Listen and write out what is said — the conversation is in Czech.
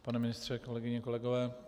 Pane ministře, kolegyně, kolegové.